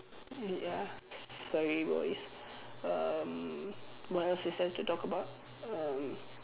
eh ya sorry boys um what else is there to talk about um